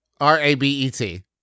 R-A-B-E-T